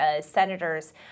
senators